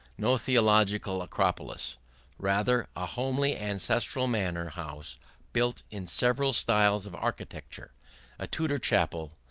no theological acropolis rather a homely ancestral manor house built in several styles of architecture a tudor chapel,